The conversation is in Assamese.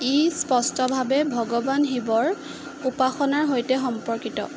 ই স্পষ্টভাৱে ভগৱান শিৱৰ উপাসনাৰ সৈতে সম্পৰ্কিত